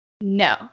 no